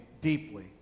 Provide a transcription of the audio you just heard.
deeply